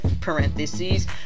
parentheses